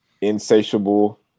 Insatiable